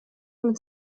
mit